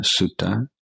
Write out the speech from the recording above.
Sutta